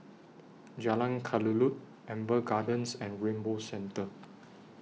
Jalan Kelulut Amber Gardens and Rainbow Centre